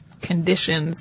conditions